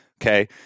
Okay